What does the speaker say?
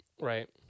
Right